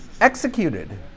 executed